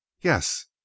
Yes